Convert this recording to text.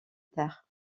terre